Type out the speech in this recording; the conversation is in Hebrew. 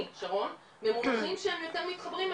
אני, שרון, במונחים שהם יותר מתחברים אליהם.